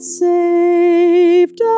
saved